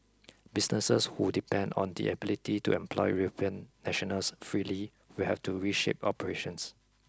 businesses who depend on their ability to employ European nationals freely will have to reshape operations